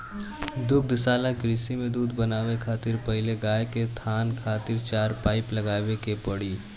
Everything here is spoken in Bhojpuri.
दुग्धशाला कृषि में दूध बनावे खातिर पहिले गाय के थान खातिर चार पाइप लगावे के पड़ी